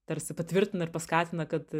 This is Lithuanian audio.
tarsi patvirtina ir paskatina kad